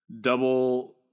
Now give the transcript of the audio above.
double